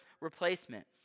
replacement